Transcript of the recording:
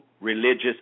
religious